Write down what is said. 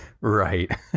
right